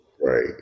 Right